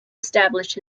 established